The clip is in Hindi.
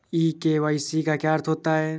ई के.वाई.सी का क्या अर्थ होता है?